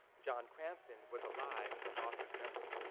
john cranston, was alive but lost his memory.